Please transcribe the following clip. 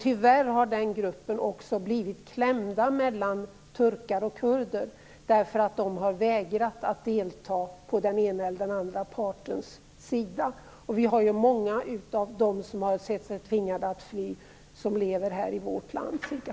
Tyvärr har den gruppen också blivit klämd mellan turkar och kurder, därför att den har vägrat att delta på den ena eller den andra partens sida. Många av dem som sett sig tvingade att fly lever i vårt land, ca